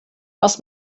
was